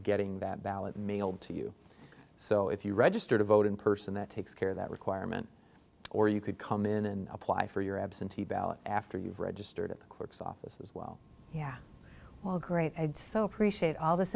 getting that ballot mailed to you so if you register to vote in person that takes care of that requirement or you could come in and apply for your absentee ballot after you've registered at the court's offices well yeah well great i'd so appreciate all this